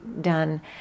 done